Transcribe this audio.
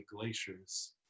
glaciers